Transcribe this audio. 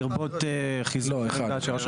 לרבות חיזוק העמדה של רשות המיסים.